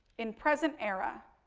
in present era,